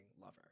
lover